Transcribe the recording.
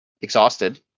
exhausted